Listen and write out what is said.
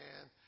man